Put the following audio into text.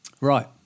Right